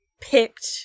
picked